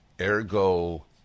ergo